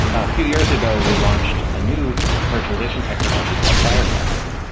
a few years ago, we launched a new virtualization technology called firecracker,